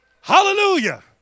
Hallelujah